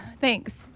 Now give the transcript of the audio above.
Thanks